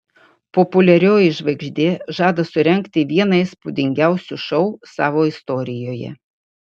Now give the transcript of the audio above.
populiarioji žvaigždė žada surengti vieną įspūdingiausių šou savo istorijoje